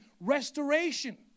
restoration